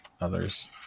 others